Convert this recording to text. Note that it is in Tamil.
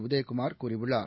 உதயகுமார் கூறியுள்ளார்